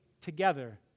together